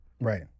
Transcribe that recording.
Right